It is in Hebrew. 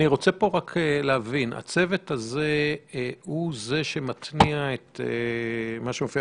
הצוות הזה הוא זה שמתניע את מה שמופיע